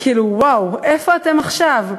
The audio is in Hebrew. כאילו, וואו, איפה אתם עכשיו?